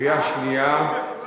לקריאה שנייה.